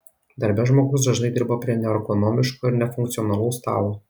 darbe žmogus dažnai dirba prie neergonomiško ir nefunkcionalaus stalo